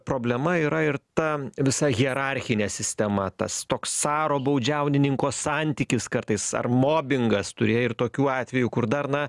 problema yra ir ta visa hierarchinė sistema tas toks caro baudžiaunininko santykis kartais ar mobingas turėjo ir tokių atvejų kur dar na